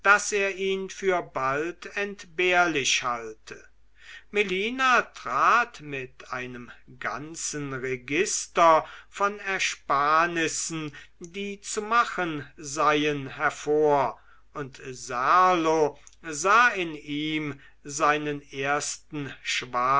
er ihn für bald entbehrlich halte melina trat mit einem ganzen register von ersparnissen die zu machen seien hervor und serlo sah in ihm seinen ersten schwager